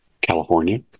california